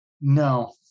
No